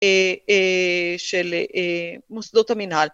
של מוסדות המינהל.